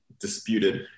disputed